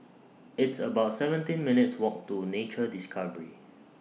It's about seventeen minutes' Walk to Nature Discovery